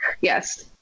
yes